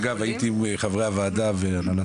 וגם דרך אגב הייתי עם חברי הוועדה ואמנת